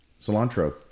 Cilantro